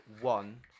one